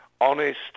honest